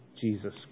Jesus